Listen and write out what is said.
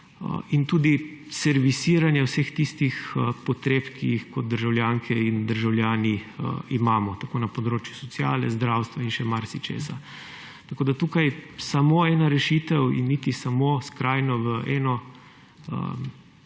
in tudi servisiranja vseh tistih potreb, ki jih kot državljanke in državljani imamo, tako na področju sociale, zdravstva in še marsičesa. Tako samo ena rešitev in iti samo skrajno v eno